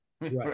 Right